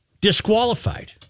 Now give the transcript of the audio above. disqualified